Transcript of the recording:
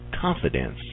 confidence